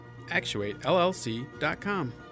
ActuateLLC.com